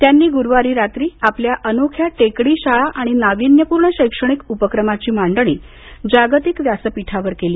त्यांनी गुरूवारी रात्री आपल्या अनोख्या टेकडी शाळा आणि नाविन्यपूर्ण शैक्षणिक उपक्रमाची मांडणी जागतिक व्यासपीठावर केली